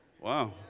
wow